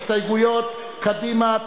הסתייגות קדימה,